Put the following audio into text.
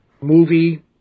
movie